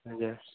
ଆଜ୍ଞା